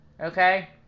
Okay